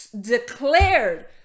declared